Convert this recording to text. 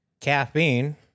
caffeine